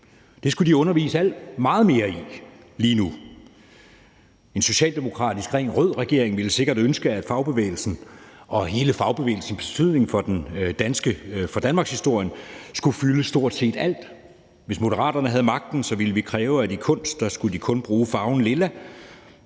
det skulle lærerne undervise meget mere i lige nu. En socialdemokratisk og rent rød regering ville sikkert ønske, at fagbevægelsen og hele fagbevægelsens betydning for danmarkshistorien skulle fylde stort set alt. Hvis Moderaterne havde magten, ville vi kræve, at de i kunst kun skulle bruge farven lilla.